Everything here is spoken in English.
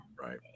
Right